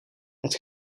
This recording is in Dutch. het